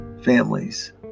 families